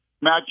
Matt